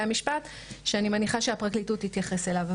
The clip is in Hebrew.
המשפט שאני מניחה שהפרקליטות תתייחס אליו.